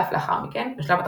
ואף לאחר מכן – בשלב התחזוקה.